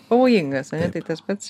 pavojingas tai tas pats